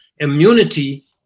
immunity